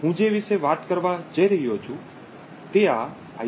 હું જે વિશે વાત કરવા જઇ રહ્યો છું તે આ આઈ